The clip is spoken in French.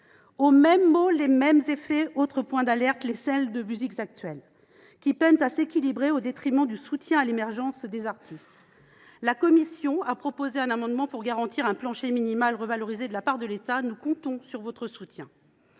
Mêmes maux, mêmes effets ; autre point d’alerte : les scènes de musiques actuelles, qui peinent à s’équilibrer, au détriment du soutien à l’émergence des artistes. La commission de la culture propose un amendement visant à garantir un plancher minimal revalorisé de la part de l’État ; nous comptons sur votre soutien.